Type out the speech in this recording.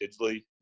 digitally